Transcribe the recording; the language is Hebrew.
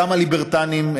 גם הליברטריאנים,